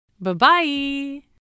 Bye-bye